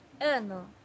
Ano